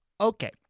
Okay